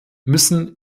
müssen